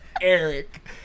Eric